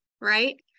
Right